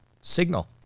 signal